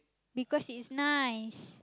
because it is nice